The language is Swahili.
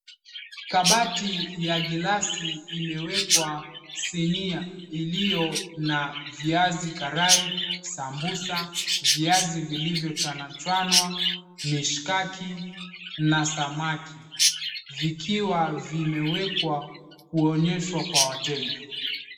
Kabati ya glasi imewekwa sinia ilio na viazi karai, sambusa viazi vilivyo chanwa chanwa mishkaki na samaki vikiwa vimewekwa kuoneshwa kwa wateja.